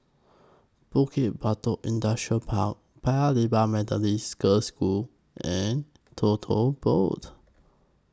Bukit Batok Industrial Park Paya Lebar Methodist Girls' School and Tote Board